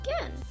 again